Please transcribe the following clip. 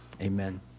Amen